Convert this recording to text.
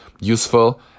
useful